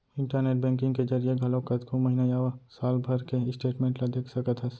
internet banking के जरिए घलौक कतको महिना या साल भर के स्टेटमेंट ल देख सकत हस